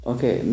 Okay